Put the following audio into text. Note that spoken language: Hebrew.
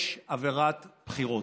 יש אווירת בחירות.